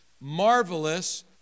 marvelous